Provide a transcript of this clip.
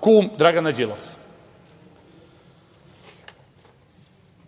kum Dragana